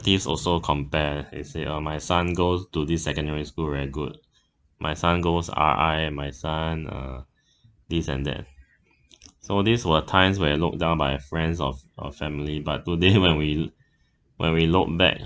also compare they say uh my son goes to this secondary school very good my son goes uh I and my son uh this and that so these were times where I was looked down by a friend's or or family but today when we when we look back